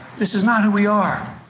this is not who we are!